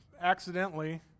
accidentally